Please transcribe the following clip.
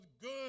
good